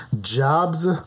Jobs